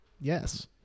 Yes